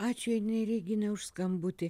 ačiū janinai reginai už skambutį